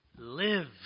Live